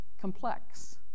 complex